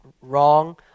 wrong